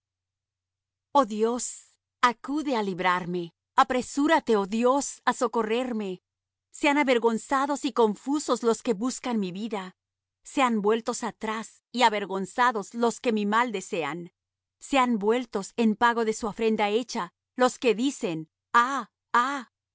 oh dios acude á librarme apresúrate oh dios á socorrerme sean avergonzados y confusos los que buscan mi vida sean vueltos atrás y avergonzados los que mi mal desean sean vueltos en pago de su afrenta hecha los que dicen ah ah